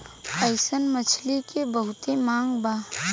अइसन मछली के बहुते मांग बा